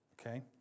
Okay